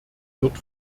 wird